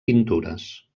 pintures